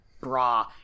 bra